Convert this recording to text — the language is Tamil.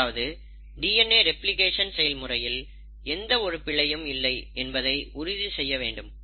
அதாவது டிஎன்ஏ ரெப்ளிகேஷன் செயல்முறையில் எந்த ஒரு பிழையும் இல்லை என்பதை உறுதி செய்ய வேண்டும்